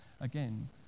again